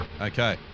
Okay